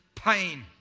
Pain